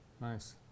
Nice